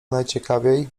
najciekawiej